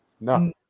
No